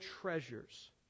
treasures